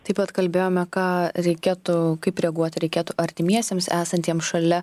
taip pat kalbėjome ką reikėtų kaip reaguoti reikėtų artimiesiems esantiems šalia